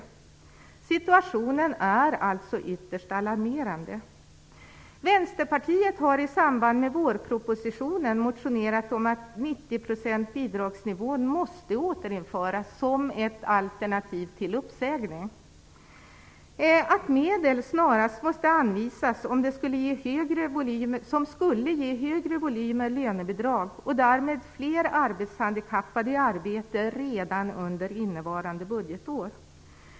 Situationen är alltså ytterst alarmerande. Vänsterpartiet har i samband med vårpropositionen motionerat om att bidragsnivån på 90 % måste återinföras som ett alternativ till uppsägning. Medel måste snarast anvisas. Det skulle ge större volym än lönebidrag och därmed fler arbetshandikappade i arbete redan under innevarande budgetår.